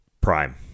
prime